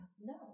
No